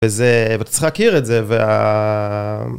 וזה ואתה צריך להכיר את זה והההההההההההההה